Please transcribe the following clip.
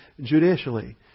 judicially